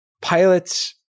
pilots